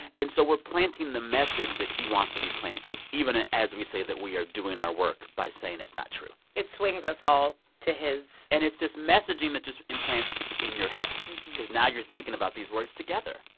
and so we're planting the message that he wants to be planted, even ah as we say that we are doing our work by saying it's not true it swings us all to his. and it's this messaging that just implants in your head cause now you're thinking about these words together.